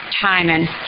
timing